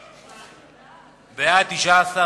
לגיל פרישה, התשס"ט 2009, התקבלה.